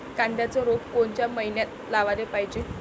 कांद्याचं रोप कोनच्या मइन्यात लावाले पायजे?